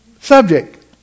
subject